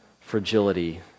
fragility